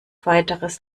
weiteres